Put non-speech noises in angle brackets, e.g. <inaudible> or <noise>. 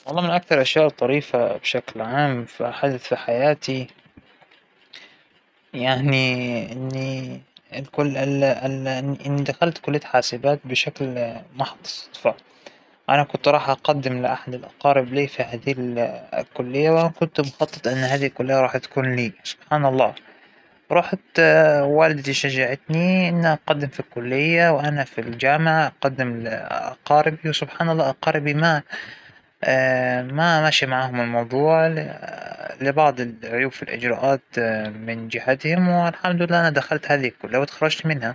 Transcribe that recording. ما بيحضرنى موقف طريف الحين، لكن <hesitation> الحياة دايماً مليئة بال- بالإنخفاض والإرتفاع، مثل ما بيحكى المثل الإنجليزى، لايف اذ فول اوف أبس أند داونز، فا مأبى شى بعينه أتذكره الحين، لكن الله يجعلها طريفة دائماً بس.